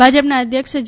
ભાજપના અધ્યક્ષ જે